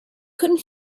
cannot